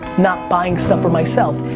not buying stuff for myself.